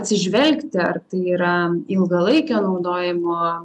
atsižvelgti ar tai yra ilgalaikio naudojimo